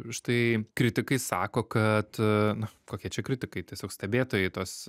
štai kritikai sako kad na kokie čia kritikai tiesiog stebėtojai tos